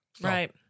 Right